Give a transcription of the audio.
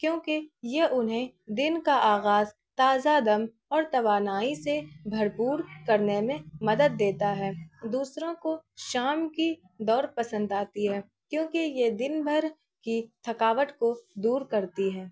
کیونکہ یہ انہیں دن کا آغاز تازہ دم اور توانائی سے بھرپور کرنے میں مدد دیتا ہے دوسروں کو شام کی دور پسند آتی ہے کیونکہ یہ دن بھر کی تھکاوٹ کو دور کرتی ہے